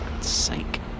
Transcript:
sake